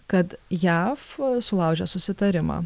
kad jav sulaužė susitarimą